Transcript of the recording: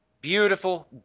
beautiful